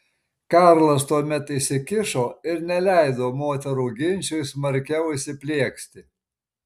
karlas tuomet įsikišo ir neleido moterų ginčui smarkiau įsiplieksti